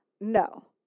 No